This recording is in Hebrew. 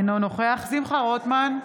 אינו נוכח שמחה רוטמן,